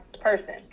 person